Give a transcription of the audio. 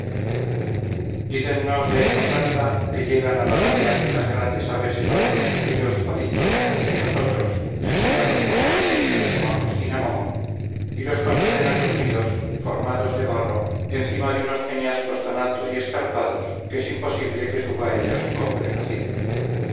dícennos de esta planta que llegan al arabia unas grandes aves llevando aquellos palitos que nosotros enseñados por los fenicios llamamos cinamomo y los conducen a sus nidos formados de barro encima de unos peñascos tan altos y escarpados que es imposible que suba a ellos hombre nacido